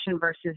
versus